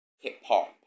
hip-hop